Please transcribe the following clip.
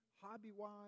hobby-wise